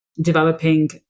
developing